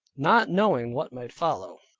not knowing what might follow.